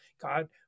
God